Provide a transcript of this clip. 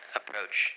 approach